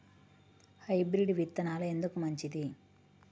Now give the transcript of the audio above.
Hybrid విత్తనాలు ఎందుకు మంచిది?